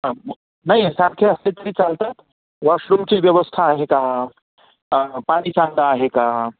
हां मग नाही सारखे असले तरी चालतात वॉशरूमची व्यवस्था आहे का पाणी चांगलं आहे का